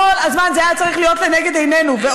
זה כל הזמן היה צריך להיות לנגד עינינו.